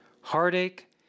heartache